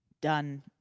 done